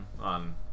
On